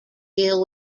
deal